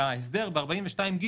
בהסדר בסעיף 42ג